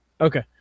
Okay